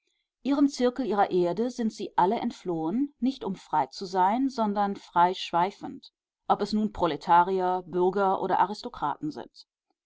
ihrem zirkel ihrer erde sind sie alle entflohen nicht um frei zu sein sondern freischweifend ob es nun proletarier bürger oder aristokraten sind